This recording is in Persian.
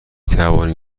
توانید